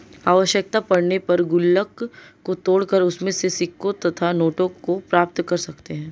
आवश्यकता पड़ने पर गुल्लक को तोड़कर उसमें से सिक्कों तथा नोटों को प्राप्त कर सकते हैं